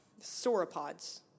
sauropods